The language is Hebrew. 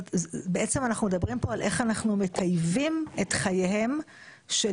אנחנו מדברים כאן על איך אנחנו מטייבים את חייהם של